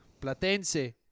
Platense